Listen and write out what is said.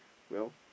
well